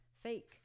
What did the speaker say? fake